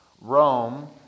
Rome